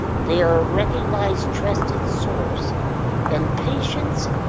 they are a recognized trusted source and patients,